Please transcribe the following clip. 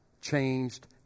changed